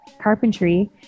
carpentry